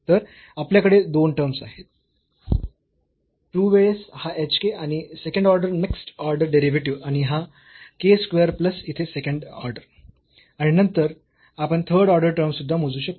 तर आपल्याकडे 2 टर्म्स आहेत 2 वेळेस हा h k आणि second order mixed order derivative आणि हा k स्क्वेअर प्लस आणि इथे सेकंड ऑर्डर आणि नंतर आपण थर्ड ऑर्डर टर्म सुद्धा मोजू शकतो